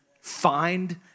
Find